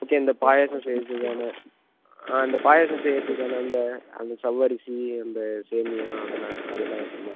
okay இந்த பாயாசம் செய்கிறதுக்கான அந்த பாயாசம் செய்கிறதுக்கான அந்த அந்த ஜவ்வரிசி அந்த சேமியா அதெல்லாம் அதெல்லாம் இருக்குமா